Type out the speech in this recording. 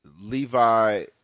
Levi